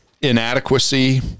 inadequacy